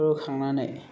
रुखांनानै